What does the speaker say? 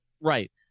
Right